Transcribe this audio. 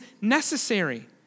necessary